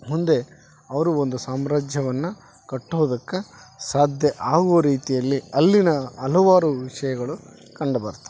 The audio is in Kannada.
ಮುಂದೆ ಅವರು ಒಂದು ಸಾಮ್ರಾಜ್ಯವನ್ನ ಕಟ್ಟೋದಕ್ಕ ಸಾಧ್ಯ ಆಗೋ ರೀತಿಯಲ್ಲಿ ಅಲ್ಲಿನ ಹಲವಾರು ವಿಷಯಗಳು ಕಂಡು ಬರ್ತಾವೆ